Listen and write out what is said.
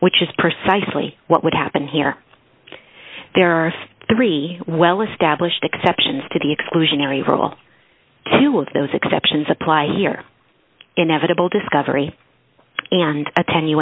which is precisely what would happen here there are three well established exceptions to the exclusionary rule two of those exceptions apply here inevitable discovery and atten